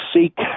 seek